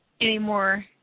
anymore